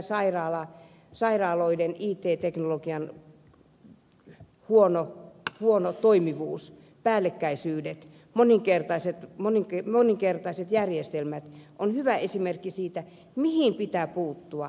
justiin sairaaloiden it teknologian huono toimivuus päällekkäisyydet moninkertaiset järjestelmät ovat hyvä esimerkki siitä mihin pitää puuttua